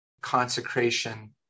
consecration